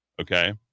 Okay